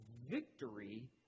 victory